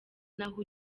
naho